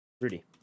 Rudy